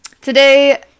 today